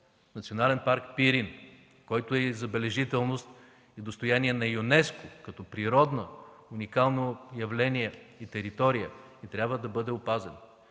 Национален парк „Пирин”, който е забележителност, достояние и на ЮНЕСКО като природно, уникално явление и територия, която трябва да бъде опазена;